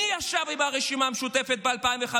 מי ישב עם הרשימה המשותפת ב-2015,